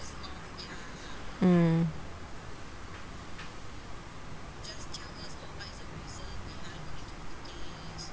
mm